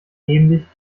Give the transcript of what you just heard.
ähnlich